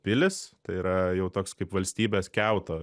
pilys tai yra jau toks kaip valstybės kiauto